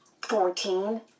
Fourteen